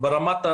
כמו שאמרת,